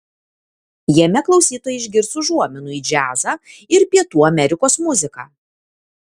jame klausytojai išgirs užuominų į džiazą ir pietų amerikos muziką